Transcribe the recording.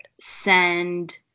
send